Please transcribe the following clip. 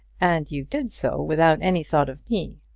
and you did so without any thought of me.